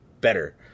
better